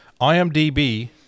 IMDB